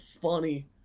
funny